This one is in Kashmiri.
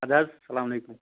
ادٕ حظ اَسلام علیکُم